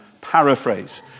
paraphrase